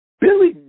Billy